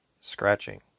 scratching